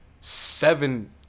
seven